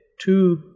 two